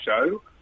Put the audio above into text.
show